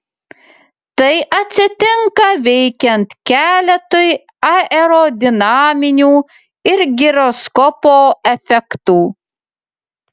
tai atsitinka veikiant keletui aerodinaminių ir giroskopo efektų